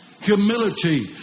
Humility